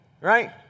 right